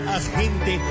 agente